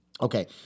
Okay